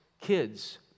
kids